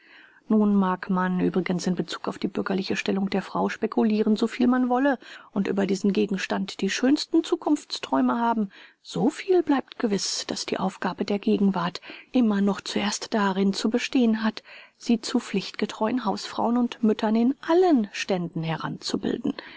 nun mag man übrigens in bezug auf die bürgerliche stellung der frauen speculiren so viel man wolle und über diesen gegenstand die schönsten zukunftsträume haben so viel bleibt gewiß daß die aufgabe der gegenwart immer noch zuerst darin zu bestehen hat sie zu pflichtgetreuen hausfrauen und müttern in allen ständen heranzubilden